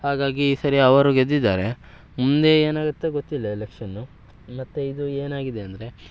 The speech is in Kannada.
ಹಾಗಾಗಿ ಈ ಸಾರಿ ಅವರು ಗೆದ್ದಿದ್ದಾರೆ ಮುಂದೆ ಏನಾಗುತ್ತೆ ಗೊತ್ತಿಲ್ಲ ಎಲೆಕ್ಷನ್ನು ಮತ್ತು ಇದು ಏನಾಗಿದೆ ಅಂದರೆ